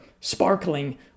sparkling